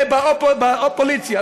באופוליציה,